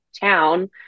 town